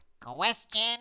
Question